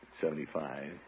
Seventy-five